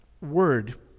word